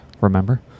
Remember